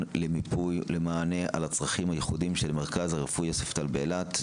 למיפוי ולמענה על הצרכים הייחודיים של המרכז הרפואי יוספטל באילת.